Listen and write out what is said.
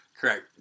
Correct